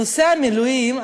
נושא המילואים,